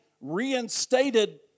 reinstated